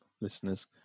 listeners